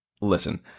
listen